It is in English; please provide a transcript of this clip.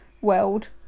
weld